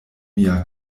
mia